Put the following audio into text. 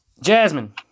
Jasmine